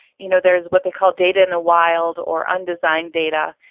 you know, there's what they call data in the wild or undesigned data,